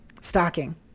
stocking